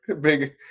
big